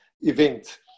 event